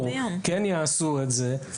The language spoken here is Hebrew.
כן יעשו את זה,